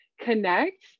connect